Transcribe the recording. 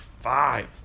five